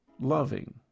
loving